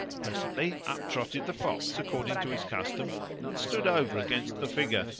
presently up trotted the fox according to his custom and stood over against the figure,